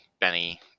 Benny